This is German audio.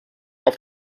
auf